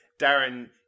Darren